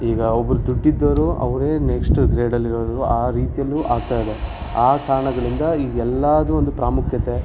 ಈಗ ಒಬ್ಬರು ದುಡ್ಡಿದ್ದೋರು ಅವರೇ ನೆಕ್ಸ್ಟು ಗ್ರೇಡಲ್ಲಿರೋದು ಆ ರೀತಿಯಲ್ಲೂ ಆಗ್ತಾ ಇದೆ ಆ ಕಾರಣಗಳಿಂದ ಈಗ ಎಲ್ಲದೂ ಒಂದು ಪ್ರಾಮುಖ್ಯತೆ